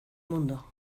mundo